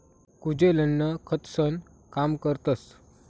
कुजेल अन्न खतंसनं काम करतस